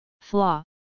flaw